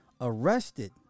arrested